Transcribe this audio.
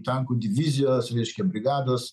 tankų divizijos reiškia brigados